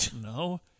no